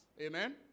Amen